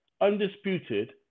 undisputed